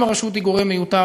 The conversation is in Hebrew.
אם הרשות היא גורם מיותר,